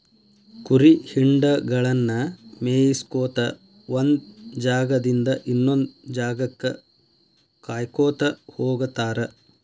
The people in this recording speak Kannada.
ಕುರಿ ಹಿಂಡಗಳನ್ನ ಮೇಯಿಸ್ಕೊತ ಒಂದ್ ಜಾಗದಿಂದ ಇನ್ನೊಂದ್ ಜಾಗಕ್ಕ ಕಾಯ್ಕೋತ ಹೋಗತಾರ